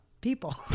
people